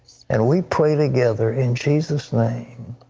and we pray together in jesus name.